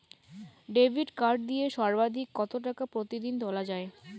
Debit card দিয়ে সর্বাধিক কত টাকা প্রতিদিন তোলা য়ায়?